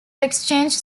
exchange